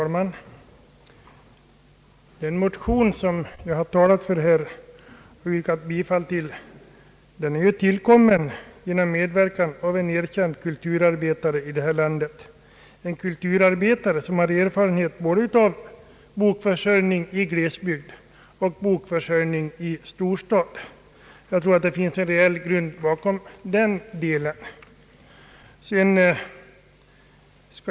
Herr talman! Den motion som jag har talat för och yrkat bifall till är tillkommen genom medverkan av en erkänd kulturarbetare här i landet, en kulturarbetare som har erfarenhet av bokförsörjning både i glesbygd och i storstad. Det finns därför en reell grund bakom motionen.